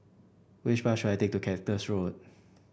which bus should I take to Cactus Road